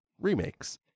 remakes